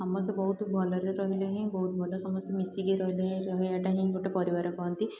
ସମସ୍ତେ ବହୁତ ଭଲରେ ରହିଲେ ହିଁ ବହୁତ ଭଲ ସମସ୍ତେ ମିଶିକି ରହିଲେ ରହିବାଟା ହିଁ ଗୋଟେ ପରିବାର କହନ୍ତି